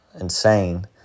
insane